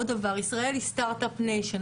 ישראל היא Start-up Nation ,